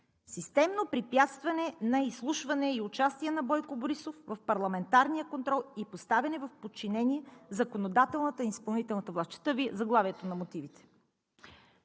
Системно препятстване на изслушване и участие на Бойко Борисов в парламентарния контрол и поставяне в подчинение на законодателната от изпълнителната власт – чета Ви заглавието на мотивите.